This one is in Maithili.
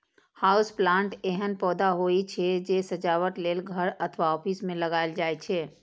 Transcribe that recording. हाउस प्लांट एहन पौधा होइ छै, जे सजावट लेल घर अथवा ऑफिस मे लगाएल जाइ छै